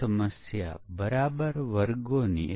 ચાલો હવે આપણી પરિભાષા સાચી કરીએ